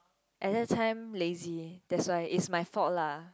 at that time lazy that's why it's my fault lah